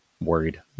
worried